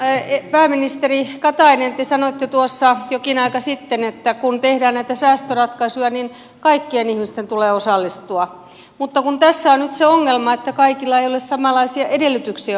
mutta pääministeri katainen te sanoitte tuossa jokin aika sitten että kun tehdään näitä säästöratkaisuja niin kaikkien ihmisten tulee osallistua mutta kun tässä on nyt se ongelma että kaikilla ei ole samanlaisia edellytyksiä osallistua